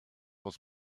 was